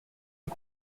les